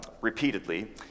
repeatedly